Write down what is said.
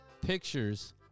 pictures